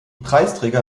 preisträger